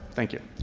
thank you.